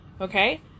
Okay